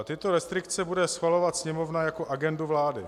Tyto restrikce bude schvalovat Sněmovna jako agendu vlády.